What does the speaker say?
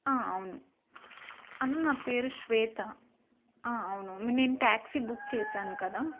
అవును అన్న నా పేరు శ్వేత అవును నేను ట్యాక్సీ బుక్ చేసాను కదా